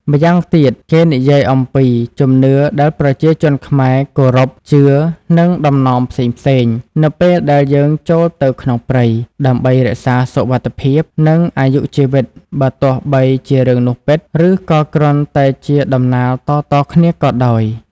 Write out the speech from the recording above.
ម្យ៉ាងទៀត គេនិយាយអំពី ជំនឿដែលប្រជាជនខ្មែរ គោរព ជឿ និងតំណមផ្សេងៗ នៅពេលដែលយើងចូលទៅក្នុងព្រៃ ដើម្បីរក្សាសុវត្តិភាព និងអាយុជីវិតបើទោះបីជារឿងនោះពិត ឫក៏គ្រាន់តែជាតំណាលតៗគ្នាក៏ដោយ។